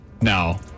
no